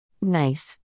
Nice